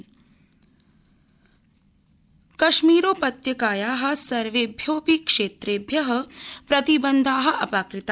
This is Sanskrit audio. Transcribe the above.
जम्म् कश्मीरम् कश्मीरोपत्यकाया सर्वेभ्योजप क्षेत्रेभ्य प्रतिबन्धा अपाकृता